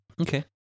Okay